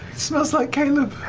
smells like caleb.